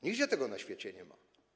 Nigdzie tego na świecie nie ma.